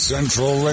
Central